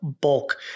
bulk